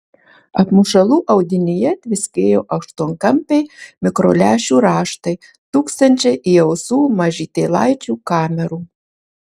apmušalų audinyje tviskėjo aštuonkampiai mikrolęšių raštai tūkstančiai įaustų mažytėlaičių kamerų